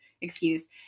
excuse